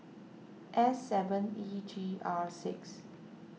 S seven E G R six